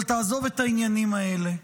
אבל תעזוב את העניינים האלה.